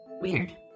Weird